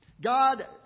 God